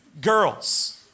girls